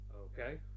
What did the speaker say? Okay